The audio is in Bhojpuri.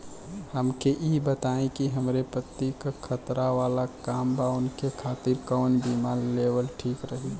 हमके ई बताईं कि हमरे पति क खतरा वाला काम बा ऊनके खातिर कवन बीमा लेवल ठीक रही?